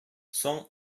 соң